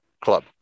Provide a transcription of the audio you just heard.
Club